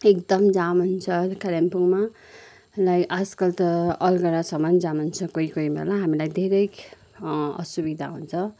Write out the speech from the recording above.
एकदम जाम हुन्छ कालिम्पोङमा लाई आजकल त अलगडासम्म जाम हुन्छ कोही कोही बेला हामीलाई धेरै असुविधा हुन्छ